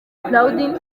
perraudin